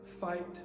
Fight